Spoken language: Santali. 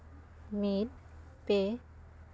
ᱢᱤᱫ ᱯᱮ